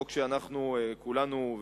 חוק שכולנו,